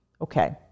okay